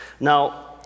Now